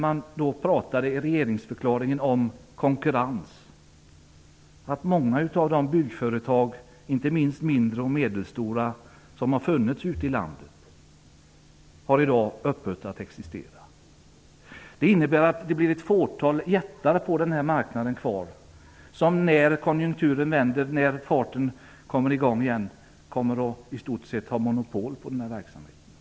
Man pratar i regeringsförklaringen om konkurrens. Men det är bara att konstatera att många av de byggföretag, inte minst mindre och medelstora, som har funnits ute i landet har upphört att existera. Det innebär att det blir ett fåtal jättar kvar på marknaden, som när konjunkturen vänder, när det blir fart igen kommer att i stort sett ha monopol på den här verksamheten.